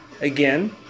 again